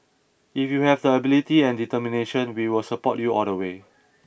if you have the ability and determination we will support you all the way